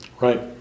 Right